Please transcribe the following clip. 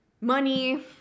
money